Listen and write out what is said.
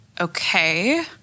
Okay